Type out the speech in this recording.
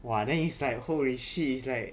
!wah! then it's like holy shit it's like